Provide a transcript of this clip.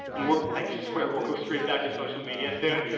and we're, i swear we'll go straight back to social media soon.